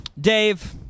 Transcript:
Dave